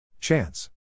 Chance